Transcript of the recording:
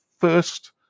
first